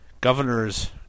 governor's